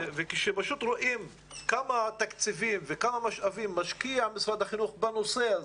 כשרואים כמה תקציבים וכמה משאבים משקיע משרד החינוך בנושא הזה,